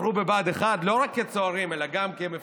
עברו בבה"ד 1, לא רק כצוערים אלא גם כמפקדים,